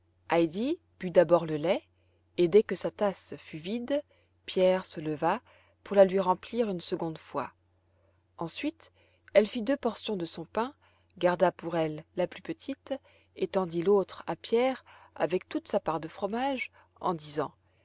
but d'abord le lait et dès que sa tasse fut vide pierre se leva pour la lui remplir une seconde fois ensuite elle fit deux portions de son pain garda pour elle la plus petite et tendit l'autre à pierre avec toute sa part de fromage en disant